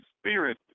Spirit